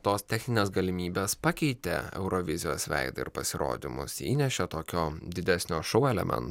tos techninės galimybės pakeitė eurovizijos veidą ir pasirodymus įnešė tokio didesnio šou elementų